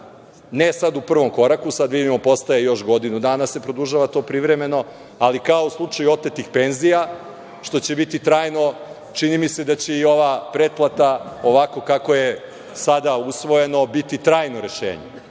Ne sad u prvom koraku, sad vidimo da postoji još godinu da se produžava to privremeno, ali kao u slučaju otetih penzija što će biti trajno, čini mi se da će i ova pretplata, ovako kako je sada usvojeno, biti trajno rešenje,